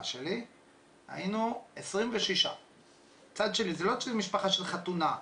שלי והיינו 26. זה לא משפחה של חתונה,